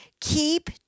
keep